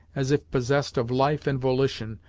as if possessed of life and volition,